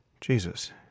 Jesus